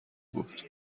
بود